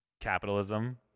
capitalism